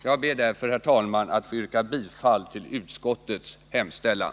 Jag ber därför, herr talman, att få yrka bifall till utskottets hemställan.